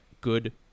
good